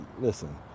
listen